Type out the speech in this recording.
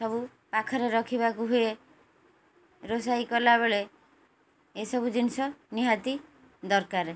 ସବୁ ପାଖରେ ରଖିବାକୁ ହୁଏ ରୋଷେଇ କଲାବେଳେ ଏସବୁ ଜିନିଷ ନିହାତି ଦରକାର